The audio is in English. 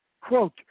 quote